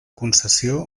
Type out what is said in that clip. concessió